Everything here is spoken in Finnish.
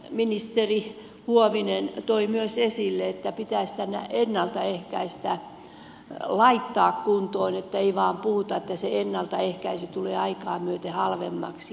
ministeri huovinen toi esille myös sen että pitäisi ennalta ehkäistä laittaa kuntoon ettei vain puhuta se ennaltaehkäisy tulee aikaa myöten halvemmaksi